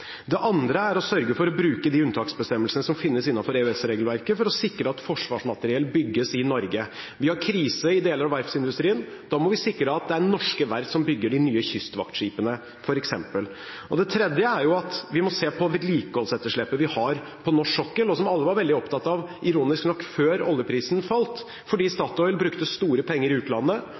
Det andre er å sørge for å bruke de unntaksbestemmelsene som finnes innenfor EØS-regelverket, for å sikre at forsvarsmateriell bygges i Norge. Vi har krise i deler av verftsindustrien, og da må vi sikre at det er norske verft som bygger f.eks. de nye kystvaktskipene. Det tredje er at vi må se på vedlikeholdsetterslepet vi har på norsk sokkel, og som alle ironisk nok var veldig opptatt av før oljeprisen falt, fordi Statoil brukte store penger i utlandet